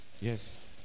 Yes